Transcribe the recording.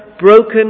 broken